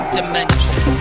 Dimension